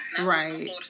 right